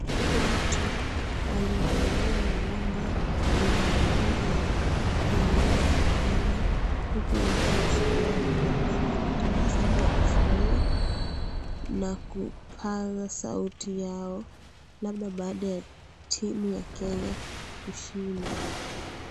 Watu waliovalia magwanda yana rangi nyenye bendera ya Kenya huku wengine wameshikilia mabendera huku wakitabasamu na kufurahia na kupaza sauti yao labda baada ya timu ya kenya kushinda.